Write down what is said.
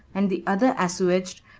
and the other assuaged,